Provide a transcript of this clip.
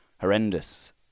Horrendous